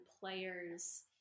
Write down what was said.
players